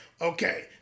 Okay